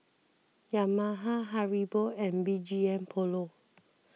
Yamaha Haribo and B G M Polo